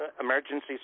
emergency